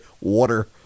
water